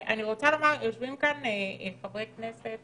יושבים כאן חברי כנסת